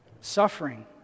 suffering